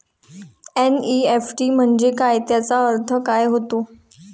NEFT म्हंजे काय, त्याचा अर्थ काय होते?